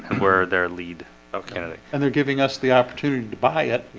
and where their lead oh canada and they're giving us the opportunity to buy it.